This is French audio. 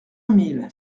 mille